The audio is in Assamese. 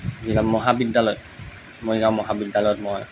জিলা মহাবিদ্যালয় মৰিগাঁও মহাবিদ্যালয়ত মই